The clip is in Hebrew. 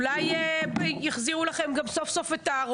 אולי סוף סוף גם יחזירו לכם את הרוגלה,